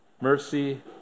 mercy